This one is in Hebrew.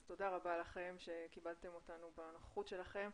אז תודה רבה לכם שכיבדתם אותנו בנוכחות שלכם.